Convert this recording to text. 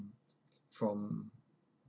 from